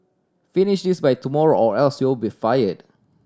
finish this by tomorrow or else you'll be fired